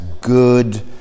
good